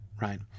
Right